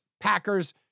Packers